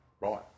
Right